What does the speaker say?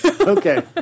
okay